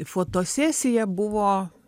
fotosesija buvo